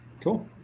Cool